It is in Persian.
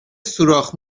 سوراخ